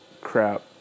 crap